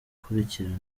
gukurikirana